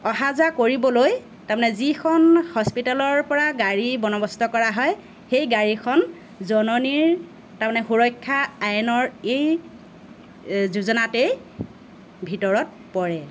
অহা যোৱা কৰিবলৈ তাৰমানে যিখন হস্পিটালৰ পৰা গাড়ী বন্দৱস্ত কৰা হয় সেই গাড়ীখন জননীৰ তাৰমানে সুৰক্ষা আইনৰ এই যোজনাতেই ভিতৰত পৰে